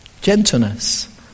gentleness